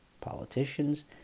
politicians